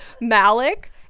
malik